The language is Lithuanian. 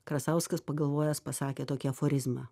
krasauskas pagalvojęs pasakė tokį aforizmą